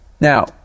Now